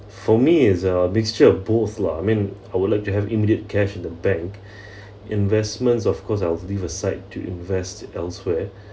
for me it's a mixture of both lah I mean I would like to have immediate cash in the bank investments of course I'll leave aside to invest elsewhere